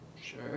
sure